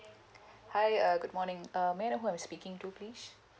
hi uh good morning uh may I know who I'm speaking to please